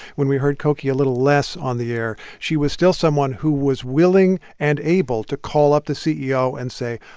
when we heard cokie a little less on the air, she was still someone who was willing and able to call up the ceo and say,